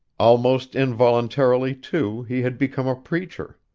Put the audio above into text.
almost involuntarily, too, he had become a preacher.